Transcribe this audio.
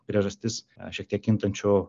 priežastis šiek tiek kintančiu